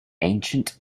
ancient